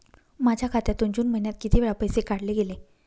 माझ्या खात्यातून जून महिन्यात किती वेळा पैसे काढले गेले?